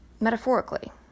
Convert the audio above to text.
metaphorically